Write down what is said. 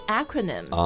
acronym